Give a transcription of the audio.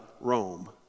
Rome